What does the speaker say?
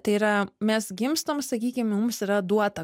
tai yra mes gimstam sakykim mums yra duota